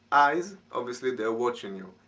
eyes obviously they are watching you.